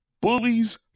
Bullies